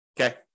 Okay